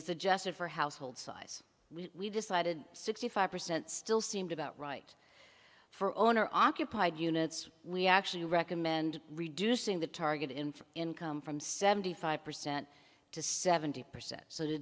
this adjusted for household size we decided sixty five percent still seemed about right for owner occupied units we actually recommend reducing the target in income from seventy five percent to seventy percent so to